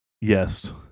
Yes